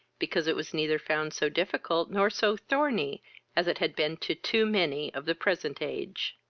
because it was neither found so difficult nor so thorny as it has been to too many of the present age.